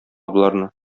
боларны